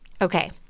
Okay